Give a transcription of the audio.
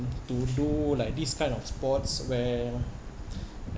to do like this kind of sports where